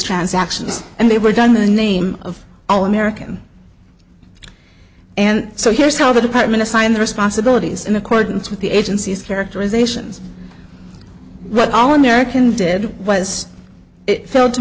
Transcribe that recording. transactions and they were done the name of all american and so here's how the department assigned the responsibilities in accordance with the agency's characterizations what all american did was